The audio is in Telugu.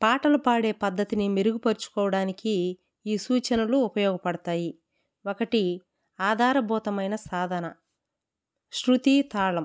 పాటలు పాడే పద్ధతిని మెరుగుపరుచుకోవడానికి ఈ సూచనలు ఉపయోగపడతాయి ఒకటి ఆధారబోధమైన సాధన శృతి తాళం